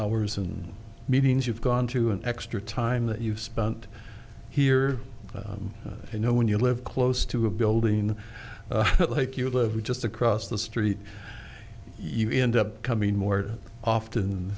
hours and meetings you've gone to an extra time that you've spent here you know when you live close to a building like you live just across the street you end up coming more often